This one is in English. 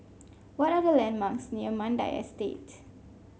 what are the landmarks near Mandai Estate